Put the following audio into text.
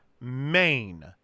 Maine